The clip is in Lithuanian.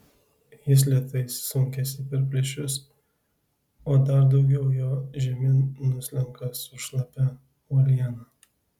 jis lėtai sunkiasi per plyšius o dar daugiau jo žemyn nuslenka su šlapia uoliena